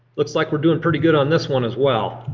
looks like we're doing pretty good on this one as well.